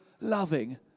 loving